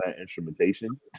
instrumentation